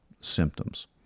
symptoms